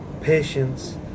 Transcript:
patience